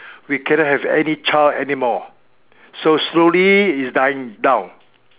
we cannot have any child anymore so slowly is dying down